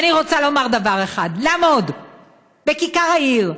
ואני רוצה לומר דבר אחד: לעמוד בכיכר העיר,